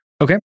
Okay